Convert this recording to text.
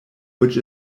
which